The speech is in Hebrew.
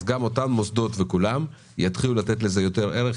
אז גם אותם מוסדות יתחילו לתת לזה יותר ערך,